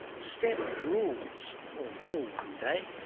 stem rules, or will one day.